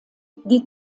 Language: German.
die